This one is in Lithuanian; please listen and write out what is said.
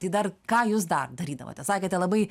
tai dar ką jūs dar darydavote sakėte labai